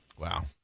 wow